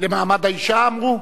למעמד האשה אמרו?